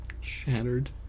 Shattered